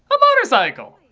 a motorcycle!